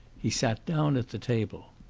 he sat down at the table.